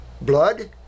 Blood